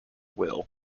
will